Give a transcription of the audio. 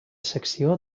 secció